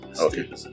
Okay